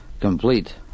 complete